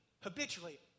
habitually